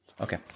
Okay